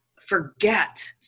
forget